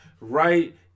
right